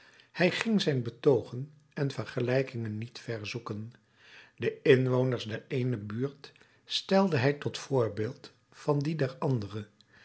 hij ging zijn betoogen en vergelijkingen niet ver zoeken de inwoners der eene buurt stelde hij tot voorbeeld van die der andere